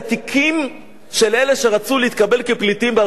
של אלה שרצו להתקבל כפליטים בארצות-הברית.